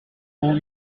bureau